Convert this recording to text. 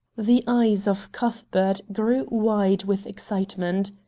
the eyes of cuthbert grew wide with excitement.